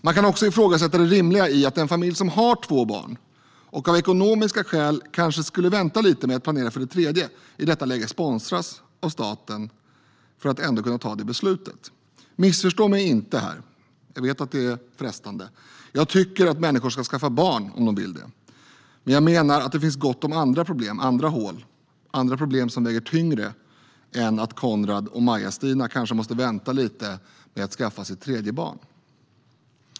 Man kan också ifrågasätta det rimliga i att en familj som har två barn och kanske av ekonomiska skäl skulle vänta lite med att planera för det tredje i detta läge sponsras av staten för att ändå kunna fatta det beslutet. Missförstå mig inte - jag vet att det är frestande. Jag tycker att människor ska skaffa barn om de vill, men jag menar att det finns gott om andra problem och andra hål att fylla. Det finns problem som väger tyngre än att Konrad och Maja-Stina kanske måste vänta lite med att skaffa sig ett tredje barn.